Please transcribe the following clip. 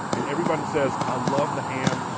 and everyone says i love the ham,